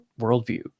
worldview